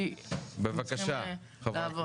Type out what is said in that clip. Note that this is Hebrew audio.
כי הם צריכים לעבוד.